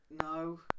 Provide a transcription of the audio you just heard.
No